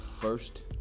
first